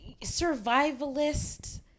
survivalist